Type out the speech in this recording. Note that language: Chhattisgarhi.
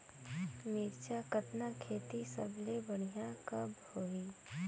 मिरचा कतना खेती सबले बढ़िया कब होही?